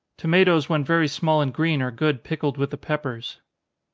tomatoes when very small and green are good pickled with the peppers.